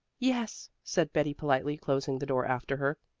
yes, said betty politely, closing the door after her.